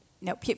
No